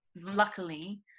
Luckily